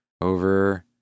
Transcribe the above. over